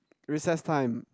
recess time